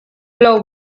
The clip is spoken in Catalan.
plou